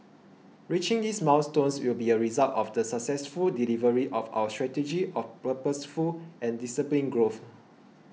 reaching these milestones will be a result of the successful delivery of our strategy of purposeful and disciplined growth